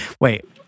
Wait